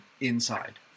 inside